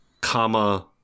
comma